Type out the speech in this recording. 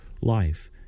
life